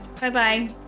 Bye-bye